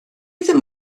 ddim